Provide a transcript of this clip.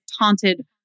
taunted